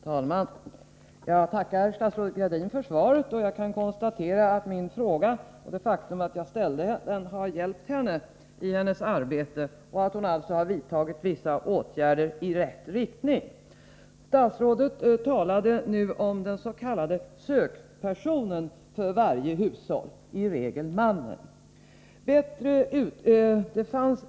Herr talman! Jag tackar statsrådet Gradin för svaret. Jag kan konstatera att min fråga och det faktum att jag ställt den har hjälpt henne i hennes arbete och att hon alltså har vidtagit vissa åtgärder i rätt riktning. Statsrådet talade nu om dens.k. sökpersonen för varje hushåll, i regel mannen.